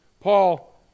paul